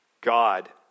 God